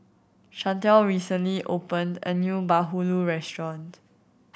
Chantelle recently opened a new bahulu restaurant